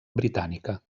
britànica